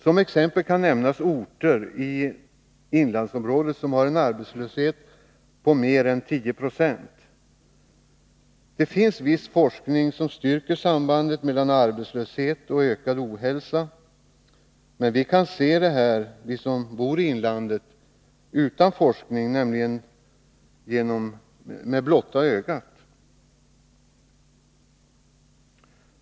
Som exempel kan nämnas orter i inlandsområdet som har en arbetslöshet på mer än 10 20. Det finns viss forskning som styrker sambandet mellan arbetslöshet och ökad ohälsa. Vi som bor i inlandet kan se detta samband dagligen utan forskning, nämligen med blotta ögat.